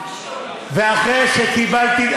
ואחרי שקיבלתי,